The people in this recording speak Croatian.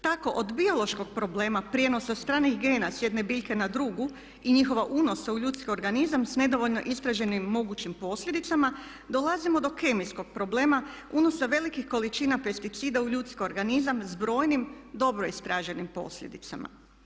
Tako od biološkog problema prenose stranih gena s jedne biljke na drugu i njihovog unosa u ljudski organizam s nedovoljno istraženim mogućim posljedicama dolazimo do kemijskog problema, unosa velikih količina pesticida u ljudski organizam s brojim dobro istraženim posljedicama.